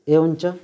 एवं च